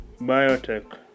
biotech